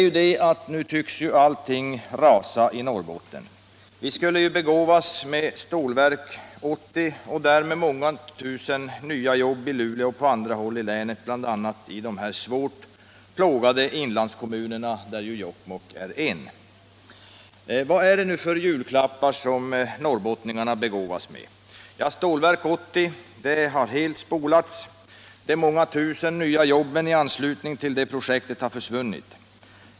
Nu tycks allting rasa i Norrbotten. Vi skulle begåvas med ett Stålverk 80 och därmed många tusen nya jobb i Luleå och på andra håll i länet, bl.a. i de svårt plågade inlandskommunerna, av vilka Jokkmokk är en. Men vad är det för ”julklappar” norrbottningarna begåvas med? Ja, Stålverk 80 har helt spolats.